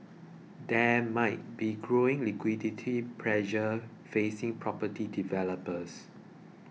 there might be growing liquidity pressure facing property developers